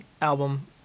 album